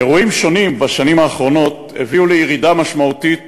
אירועים שונים בשנים האחרונות הביאו לירידה משמעותית